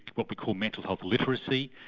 what we call mental health literacy,